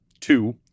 two